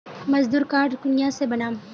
मजदूर कार्ड कुनियाँ से बनाम?